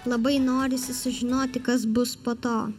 labai norisi sužinoti kas bus po to